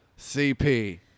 CP